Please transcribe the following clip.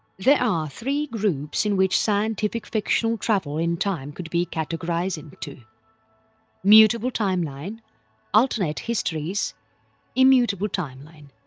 there are three groups in which scientific-fictional travel in time could be categorized into mutable timeline alternate histories immutable timeline